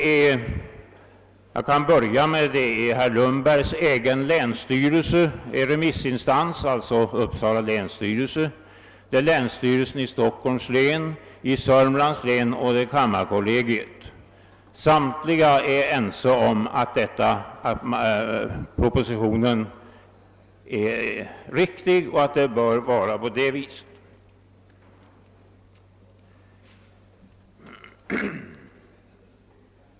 Remissinstanserna har varit länsstyrelsen i herr Lundbergs hemlän — alltså länsstyrelsen i Uppsala län — länsstyrelsen 1 Stockholms län, länsstyrelsen i Södermanlands län och kammarkollegiet. De är ense om att förslaget i propositionen är riktigt och att det bör vara på det viset.